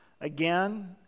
again